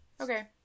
Okay